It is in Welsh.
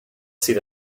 sydd